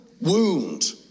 wound